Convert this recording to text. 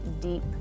deep